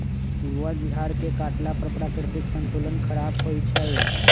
वन झार के काटला पर प्राकृतिक संतुलन ख़राप होइ छइ